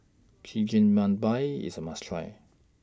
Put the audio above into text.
Chigenabe IS A must Try